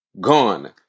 Gone